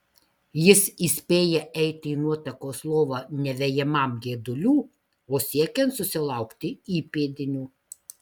jis įspėja eiti į nuotakos lovą ne vejamam geidulių o siekiant susilaukti įpėdinių